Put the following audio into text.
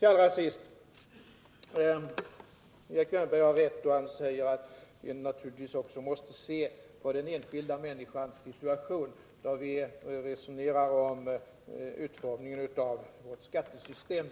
Allra sist: Erik Wärnberg har rätt när han säger att vi naturligtvis också måste se på den enskilda människans situation när vi resonerar om utformningen av vårt skattesystem.